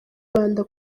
rwanda